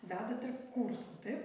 vedate kursą taip